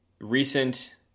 recent